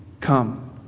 come